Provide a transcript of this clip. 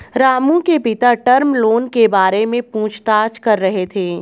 रामू के पिता term loan के बारे में पूछताछ कर रहे थे